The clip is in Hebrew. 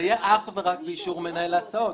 זה יהיה אך ורק באישור מנהל ההסעות.